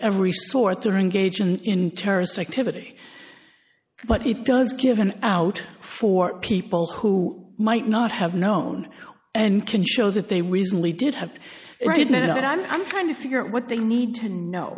every sort or engage in terrorist activity but it does give an out for people who might not have known and can show that they recently did have or didn't it and i'm trying to figure out what they need to know